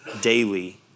daily